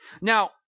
Now